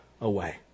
away